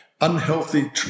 unhealthy